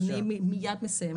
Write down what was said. אני מיד מסיימת.